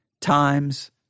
times